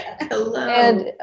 Hello